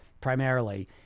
primarily